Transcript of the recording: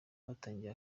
batangiye